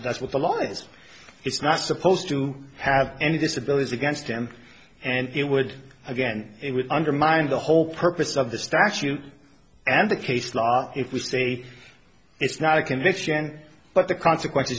that's what the law is it's not supposed to have any disability against them and it would again it would undermine the whole purpose of the statute and the case law if we say it's not a conviction but the consequences